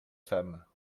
femmes